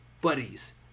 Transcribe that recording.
buddies